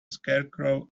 scarecrow